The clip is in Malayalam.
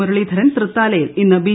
മുരളീധരൻ തൃത്താലയിൽ ഇന്ന് ബി